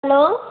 hello